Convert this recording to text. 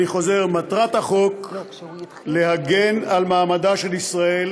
אני חוזר: מטרת החוק להגן על מעמדה של ישראל